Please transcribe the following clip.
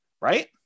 Right